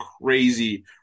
crazy